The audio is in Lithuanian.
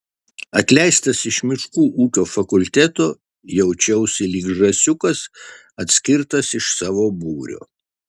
atleistas iš miškų ūkio fakulteto jaučiausi lyg žąsiukas atskirtas iš savo būrio